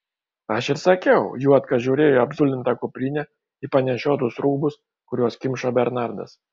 aš ir sakiau juodka žiūrėjo į apzulintą kuprinę į panešiotus rūbus kuriuos kimšo bernardas